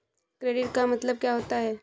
Credit का मतलब क्या होता है?